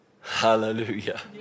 Hallelujah